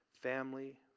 family